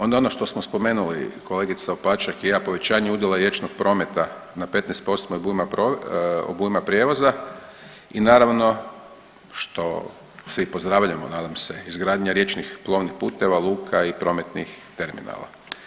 Onda ono što smo spomenuli kolegica Opaček i ja, povećanje udjela riječnog prometa na 15% obujma prijevoza i naravno što svi i pozdravljamo nadam se, izgradnja riječnih plovnih puteva, luka i prometnih terminala.